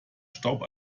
staub